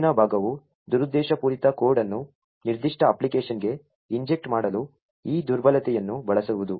ಮುಂದಿನ ಭಾಗವು ದುರುದ್ದೇಶಪೂರಿತ ಕೋಡ್ ಅನ್ನು ನಿರ್ದಿಷ್ಟ ಅಪ್ಲಿಕೇಶನ್ಗೆ ಇಂಜೆಕ್ಟ್ ಮಾಡಲು ಈ ದುರ್ಬಲತೆಯನ್ನು ಬಳಸುವುದು